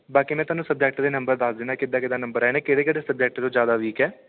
ਬਾਕੀ ਮੈਂ ਤੁਹਾਨੂੰ ਸਬਜੈਕਟ ਦੇ ਨੰਬਰ ਦੱਸ ਦਿੰਦਾ ਕਿੱਦਾਂ ਕਿੱਦਾਂ ਨੰਬਰ ਆਏ ਨੇ ਕਿਹੜੇ ਕਿਹੜੇ ਸਬਜੈਕਟ 'ਚੋਂ ਜ਼ਿਆਦਾ ਵੀਕ ਹੈ